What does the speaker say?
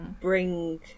bring